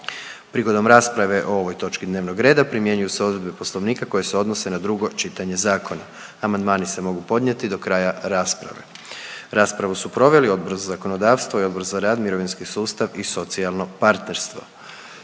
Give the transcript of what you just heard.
Prigodom rasprave o ovim točkama dnevnog reda primjenjuju se odredbe poslovnika koje se odnose na drugo čitanje zakona. Amandmani se mogu podnijeti do kraja rasprave. Raspravu su proveli Odbor za zakonodavstvo i Odbor za obrazovanje, znanost i kulturu.